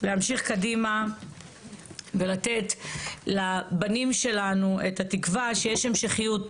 להמשיך קדימה ולתת לבנים שלנו את התקווה שיש המשכיות,